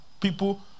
people